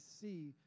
see